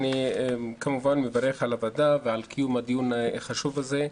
אני מברך על הוועדה ועל קיום הדיון החשוב הזה.